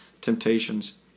temptations